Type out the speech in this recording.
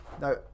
No